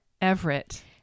Everett